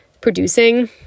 producing